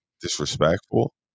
disrespectful